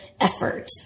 effort